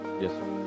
Yes